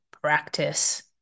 practice